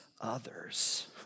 others